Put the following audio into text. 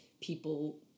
people